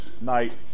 Night